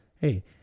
hey